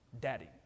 daddy